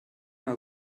mal